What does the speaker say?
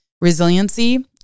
resiliency